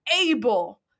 able